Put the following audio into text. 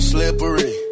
Slippery